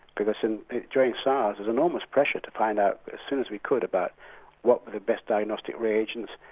because and during sars there's enormous pressure to find out as soon as we could about what were the best diagnostic reagents,